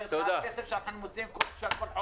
איתך על כסף שאנחנו מוציאים כל חודש.